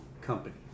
company